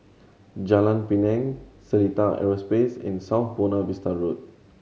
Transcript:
Jalan Pinang Seletar Aerospace and South Buona Vista Road